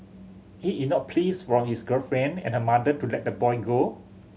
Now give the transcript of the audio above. he ignored pleas from his girlfriend and her mother to let the boy go